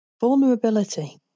Vulnerability